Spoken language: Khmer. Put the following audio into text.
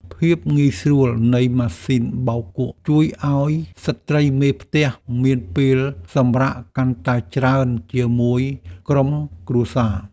ភាពងាយស្រួលនៃម៉ាស៊ីនបោកគក់ជួយឱ្យស្ត្រីមេផ្ទះមានពេលសម្រាកកាន់តែច្រើនជាមួយក្រុមគ្រួសារ។